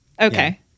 Okay